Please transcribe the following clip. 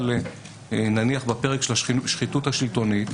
נניח בפרק של השחיתות השלטונית,